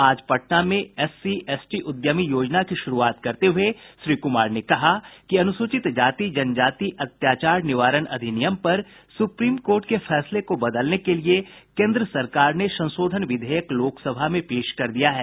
आज पटना में SC ST उद्यमी योजना की शुरूआत करते हुये श्री कुमार ने कहा कि अनुसूचित जाति जनजाति अत्याचार निवारण अधिनियम पर सुप्रीम कोर्ट के फैसले को बदलने के लिये केन्द्र सरकार ने संशोधन विधेयक लोक सभा में पेश कर दिया है